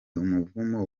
umuvumo